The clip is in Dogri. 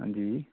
हां जी